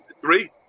three